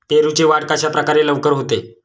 पेरूची वाढ कशाप्रकारे लवकर होते?